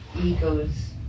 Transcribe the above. ego's